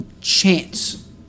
chance